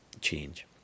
change